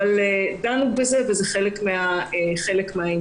דנו בזה וזה חלק מן העניין.